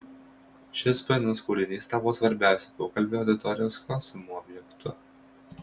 šis painus kūrinys tapo svarbiausiu pokalbio auditorijos klausimų objektu